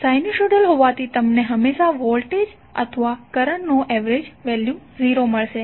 sinusoidal હોવાથી તમને હંમેશાં વોલ્ટેજ અથવા કરંટનુ એવરેજ વેલ્યુ 0 મળશે